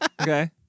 okay